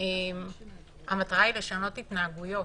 המטרה היא לשנות התנהגויות.